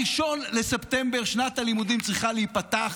ב-1 בספטמבר שנת הלימודים צריכה להיפתח,